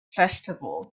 festival